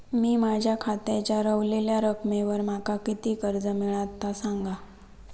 मी माझ्या खात्याच्या ऱ्हवलेल्या रकमेवर माका किती कर्ज मिळात ता सांगा?